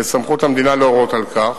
ובסמכות המדינה להורות על כך,